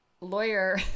lawyer